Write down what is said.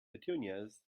petunias